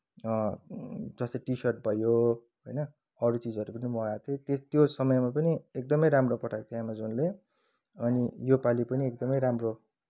जस्तै T shirt भयो होइन अरू चिजहरू पनि मगाएको थिएँ त्यो समयमा पनि एकदमै राम्रो पठाएको थियो एमाजोनले अनि योपालि पनि एकदमै राम्रो